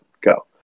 go